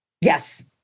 Yes